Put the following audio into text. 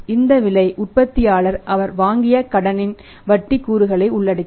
இந்த விலை உற்பத்தியாளர் அவர் வாங்கிய கடனின் வட்டி கூறுகளை உள்ளடக்கியது